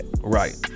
right